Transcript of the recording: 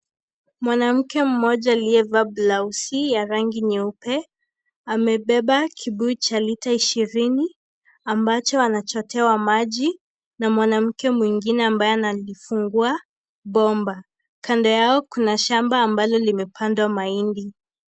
Mwanamke mmoja aliyevaa blaosi ya rangi nyeupe amebeba kibuyu cha lita ishirini ambacho anachotewa maji na mwanamke mwingine ambaye analifungua bomba, kando yao kuna shamba lingine ambalo limepandwa mahindi.